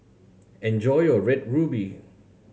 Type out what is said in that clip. enjoy your Red Ruby